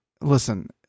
listen